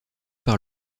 par